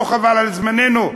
לא חבל על זמננו?